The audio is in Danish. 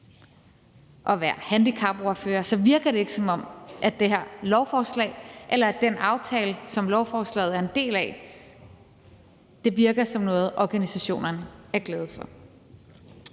og som handicapordfører, at det ikke virker, som om det her lovforslag eller den aftale, som lovforslaget er en del af, er noget, organisationerne er glade for.